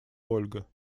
ольга